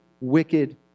wicked